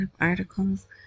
articles